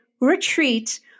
retreat